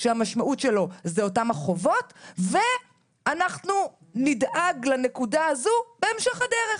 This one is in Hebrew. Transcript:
כשהמשמעות שלו זה אותן החובות ואנחנו נדאג לנקודה הזו בהמשך הדרך.